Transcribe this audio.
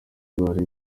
bari